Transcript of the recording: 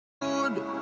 Good